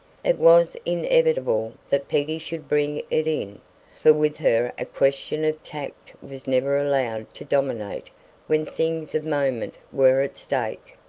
it was inevitable that peggy should bring it in for with her a question of tact was never allowed to dominate when things of moment were at stake.